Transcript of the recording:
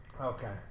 Okay